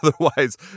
otherwise